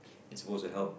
it's supposed to help